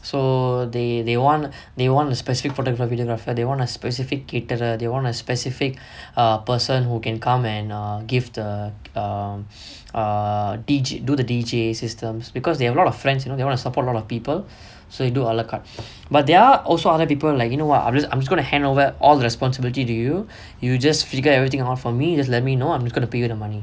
so they they want they want a specific photo or videographer they want a specific caterer they want a specific uh person who can come and give the err err D_J do the D_J systems because they have a lot of friends you know they want to support a lot of people so you do a la carte but there are also other people like you know what I'm just I'm just gonna handover all responsibility to you you just figure everything for me just let me know I'm gonna pay you the money